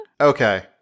Okay